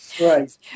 right